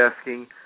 asking